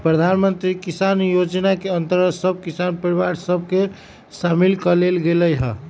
प्रधानमंत्री किसान जोजना के अंतर्गत सभ किसान परिवार सभ के सामिल क् लेल गेलइ ह